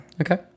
Okay